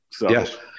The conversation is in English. Yes